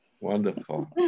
Wonderful